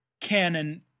Canon